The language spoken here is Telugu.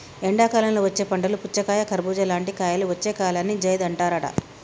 ఎండాకాలంలో వచ్చే పంటలు పుచ్చకాయ కర్బుజా లాంటి కాయలు వచ్చే కాలాన్ని జైద్ అంటారట